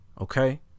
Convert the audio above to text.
Okay